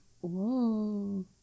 Whoa